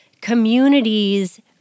communities